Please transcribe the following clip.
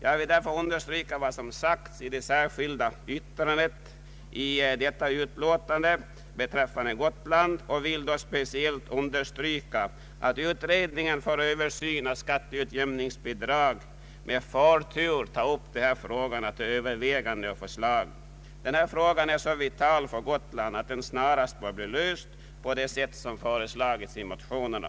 Jag vill därför understryka vad som sägs i det särskilda yttrandet till detta utlåtande beträffande Gotland, speciellt att utredningen för översyn av skatteutjämningsbidrag med förtur tar upp dessa frågor till övervägande och förslag. Detta problem är så vitalt för Gotland att det snarast bör bli löst på det sätt som har föreslagits i motionerna.